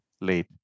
late